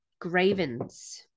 Gravens